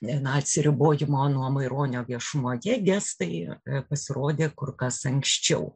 na atsiribojimo nuo maironio viešumoje gestai pasirodė kur kas anksčiau